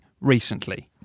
recently